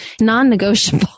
non-negotiable